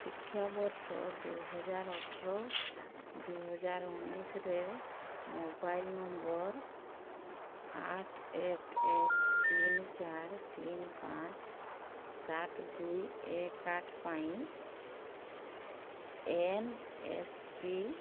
ଶିକ୍ଷା ବର୍ଷ ଦୁଇହଜାର ଅଠର ଦୁଇହଜାର ଉଣେଇଶିରେ ମୋବାଇଲ୍ ନମ୍ବର ଆଠ ଏକ ଏକ ତିନି ଚାର ତିନ ପାଞ୍ଚ ସାତ ଦୁଇ ଏକ ଆଠ ପାଇଁ ଏନ୍ ଏସ୍ ପି